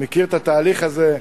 מכיר את התהליך הזה.